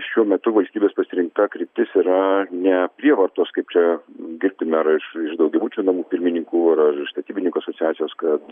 šiuo metu valstybės pasirinkta kryptis yra ne prievartos kaip čia girdime ar iš iš daugiabučių namų pirmininkų ar ar iš statybininkų asociacijos kad